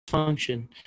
function